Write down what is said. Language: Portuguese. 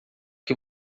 que